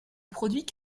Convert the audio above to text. produit